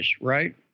right